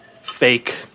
fake